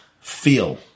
feel